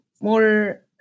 more